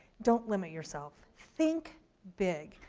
don't limit yourself, think big.